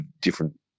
Different